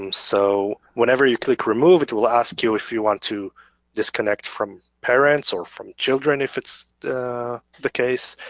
um so whenever you click remove it will ask you if you want to disconnect from parents or from children if it's the the case.